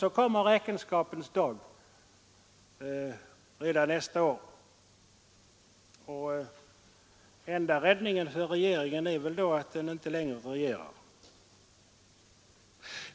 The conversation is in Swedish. Nu kommer räkenskapens dag redan nästa år, och den enda räddningen för regeringen är väl då att den inte längre regerar.